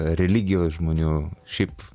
religijos žmonių šiaip